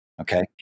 Okay